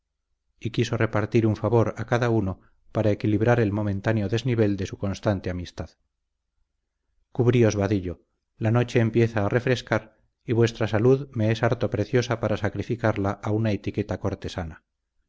y quiso repartir un favor a cada uno para equilibrar el momentáneo desnivel de su constante amistad cubríos vadillo la noche empieza a refrescar y vuestra salud me es harto preciosa para sacrificarla a una etiqueta cortesana